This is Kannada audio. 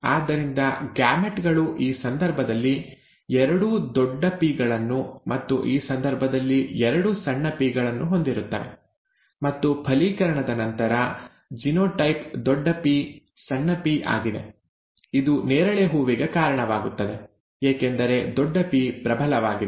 ಆದ್ದರಿಂದ ಗ್ಯಾಮೆಟ್ ಗಳು ಈ ಸಂದರ್ಭದಲ್ಲಿ ಎರಡೂ ದೊಡ್ಡ ಪಿ ಗಳನ್ನು ಮತ್ತು ಈ ಸಂದರ್ಭದಲ್ಲಿ ಎರಡೂ ಸಣ್ಣ ಪಿ ಗಳನ್ನು ಹೊಂದಿರುತ್ತವೆ ಮತ್ತು ಫಲೀಕರಣದ ನಂತರ ಜಿನೋಟೈಪ್ ದೊಡ್ಡ ಪಿ ಸಣ್ಣ ಪಿ ಆಗಿದೆ ಇದು ನೇರಳೆ ಹೂವಿಗೆ ಕಾರಣವಾಗುತ್ತದೆ ಏಕೆಂದರೆ ದೊಡ್ಡ ಪಿ ಪ್ರಬಲವಾಗಿದೆ